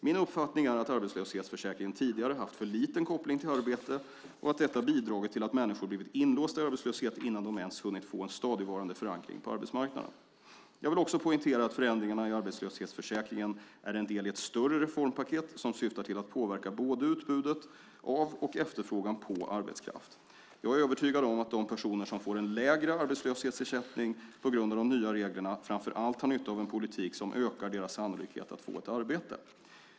Min uppfattning är att arbetslöshetsförsäkringen tidigare haft för liten koppling till arbete och att detta bidragit till att människor blivit inlåsta i arbetslöshet innan de ens hunnit få en stadigvarande förankring på arbetsmarknaden. Jag vill också poängtera att förändringarna i arbetslöshetsförsäkringen är en del i ett större reformpaket som syftar till att påverka både utbudet av och efterfrågan på arbetskraft. Jag är övertygad om att de personer som får en lägre arbetslöshetsersättning på grund av de nya reglerna framför allt har nytta av en politik som ökar deras sannolikhet att få arbete.